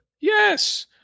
Yes